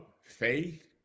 Faith